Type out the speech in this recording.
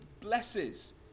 blesses